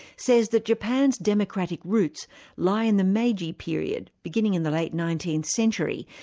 says that japan's democratic roots lie in the meiji period beginning in the late nineteenth century,